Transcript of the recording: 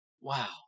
Wow